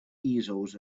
easels